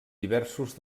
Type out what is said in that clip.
diversos